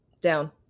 down